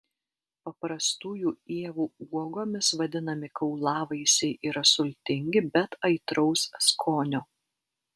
paprastųjų ievų uogomis vadinami kaulavaisiai yra sultingi bet aitraus skonio